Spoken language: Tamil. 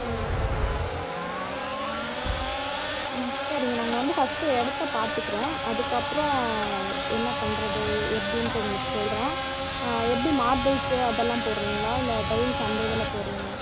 ஆ ம் சரிங்க நாங்கள் வந்து ஃபர்ஸ்ட்டு இடத்த பார்த்துக்குறேன் அதுக்கப்புறம் என்ன பண்ணுறது எப்படின்னுட்டு உங்களுக்கு சொல்கிறேன் எப்படி மார்பிள்ஸ்ஸு அதெல்லாம் போடுறீங்களா இல்லை டைல்ஸ் அந்த இதில் போடுறீங்களா